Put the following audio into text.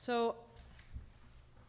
so